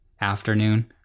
afternoon